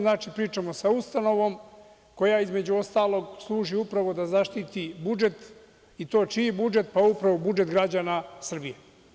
Znači, pričamo sa ustanovom koja, između ostalog, služi upravo da zaštiti budžet, i to čiji budžet, pa upravo budžet građana Srbije.